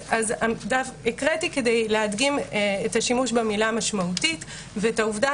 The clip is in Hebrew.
אז הקראתי כדי להדגים את השימוש במילה "משמעותית" ואת העובדה